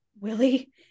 Willie